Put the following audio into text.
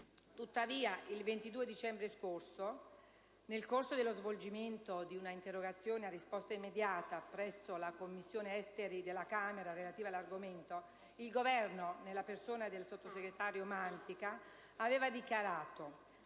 Tuttavia, il 22 dicembre 2010, nel corso dello svolgimento di un'interrogazione a risposta immediata presso la Commissione esteri della Camera relativa all'argomento, il Governo, nella persona del sottosegretario Mantica, aveva dichiarato: